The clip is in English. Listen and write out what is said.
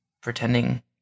pretending